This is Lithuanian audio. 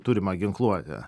turimą ginkluotę